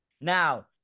Now